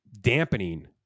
dampening